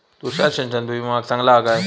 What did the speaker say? तुषार सिंचन भुईमुगाक चांगला हा काय?